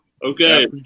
Okay